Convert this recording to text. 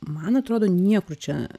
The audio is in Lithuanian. man atrodo niekur čia